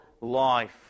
life